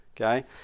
okay